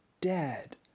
dead